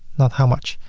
not how much.